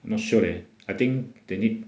not sure eh I think they need